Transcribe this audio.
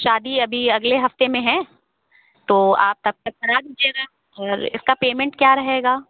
शादी अभी अगले हफ्ते में है तो आप तब तक करा दीजिएगा और इसका पेमेंट क्या रहेगा